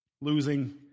losing